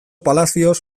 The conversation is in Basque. palacios